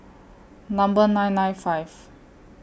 Number nine nine five